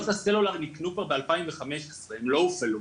הסלולר ניקנו כבר ב-2015 הם לא הופעלו,